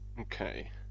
okay